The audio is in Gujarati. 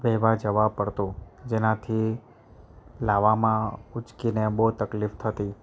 લેવા જવાં પડતું જેનાથી લાવવામાં ઊંચકીને બહુ તકલીફ થતી